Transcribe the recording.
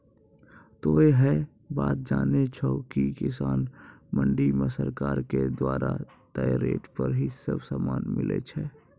तोहों है बात जानै छो कि किसान मंडी मॅ सरकार के द्वारा तय रेट पर ही सब सामान मिलै छै